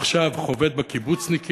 עכשיו אתה חובט בקיבוצניקים.